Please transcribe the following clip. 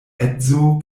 edzo